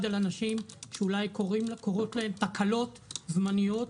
על אנשים שאולי קורות להם תקלות זמניות,